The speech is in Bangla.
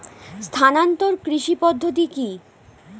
স্থানান্তর কৃষি পদ্ধতি কি?